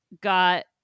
got